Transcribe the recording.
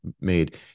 made